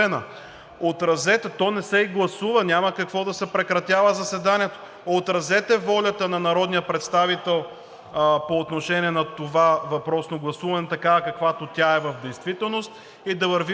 то не се и гласува и няма за какво да се прекратява заседанието. Отразете волята на народния представител по отношение на въпросното гласуване такава, каквато тя е в действителност и да вървим напред.